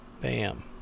bam